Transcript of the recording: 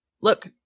look